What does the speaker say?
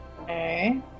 Okay